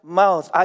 mouth